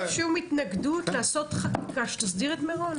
אין לנו שום התנגדות לעשות חקיקה שתסדיר את מירון.